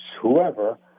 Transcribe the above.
whoever